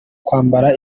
kwambara